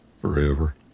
forever